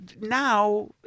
now